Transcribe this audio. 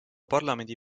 parlamendi